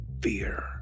fear